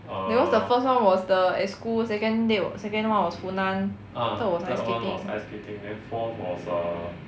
because the first [one] was the at school second date second [one] was funan third was ice skating